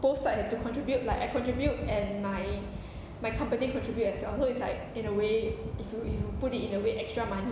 both side have to contribute like I contribute and my my company contribute as you all know it's like in a way if you if you put it in a way extra money